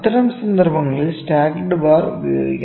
അത്തരം സന്ദർഭങ്ങളിൽ stacked bar ഉപയോഗിക്കാം